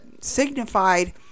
signified